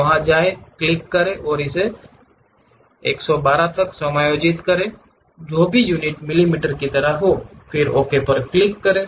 वहां जाएं क्लिक करें इसे 112 तक समायोजित करें जो भी यूनिटें मिलीमीटर की तरह हों फिर ओके पर क्लिक करें